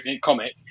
comic